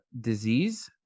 disease